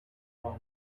found